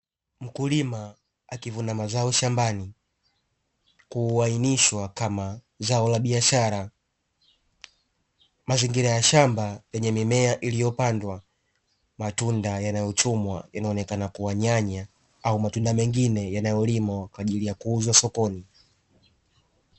Mkulima akivuna mazao shambani, kuainishwa kama zao la biashara. Mazingira ya shamba yenye mimea iliyopandwa, matunda yanayochumwa yanaonekana kuwa nyanya au matunda mengine yanayolimwa kwaajili ya kuuzwa sokoni.